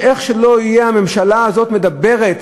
איך שלא יהיה, הממשלה הזאת מדברת